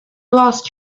lost